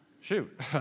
shoot